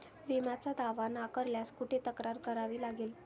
विम्याचा दावा नाकारल्यास कुठे तक्रार करावी लागेल?